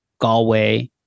Galway